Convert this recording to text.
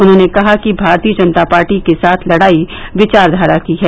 उन्होंने कहा कि भारतीय जनता पार्टी के साथ लडाई विचारघारा को है